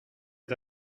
est